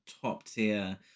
top-tier